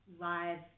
live